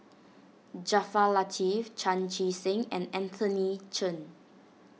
Jaafar Latiff Chan Chee Seng and Anthony Chen